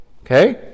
Okay